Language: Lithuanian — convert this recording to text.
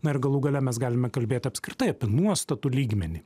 na ir galų gale mes galime kalbėti apskritai apie nuostatų lygmenį